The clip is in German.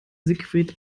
siegfried